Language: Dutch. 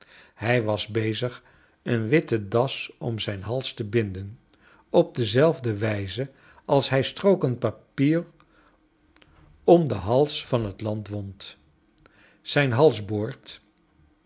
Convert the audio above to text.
hij was bezig een witte das om zijn hals te binden op dezelfde wijze als hij strooken papier om dan hals van het land wond zijn